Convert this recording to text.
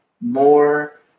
more